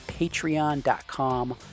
patreon.com